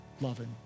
loving